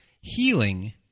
healing